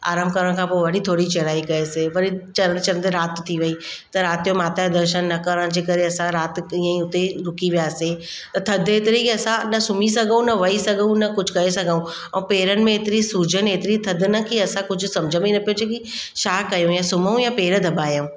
आरामु करण खां पोइ वरी थोरी चढ़ाई कईसीं वरी चढ़ंदे चढ़ंदे राति थी वेई त राति जो माता जो दर्शन न करण जे करे असां राति इअं ई हुते रुकी वियासीं त थधि एतिरी की असां न सुम्हीं सघूं न वेई सघूं न कुझु करे सघूं ऐं पेरनि में हेतिरी सुजनि हेतिरी थधि न की असां कुझु समुझ में ई न पियो अचे की छा कयूं या सुम्हूं या पेर दबायूं